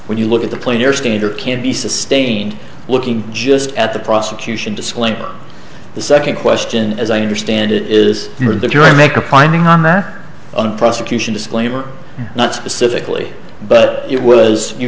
when you look at the plane your scanner can't be sustained looking just at the prosecution disclaimer the second question as i understand it is that your make a finding on that one prosecution disclaimer not specifically but it was you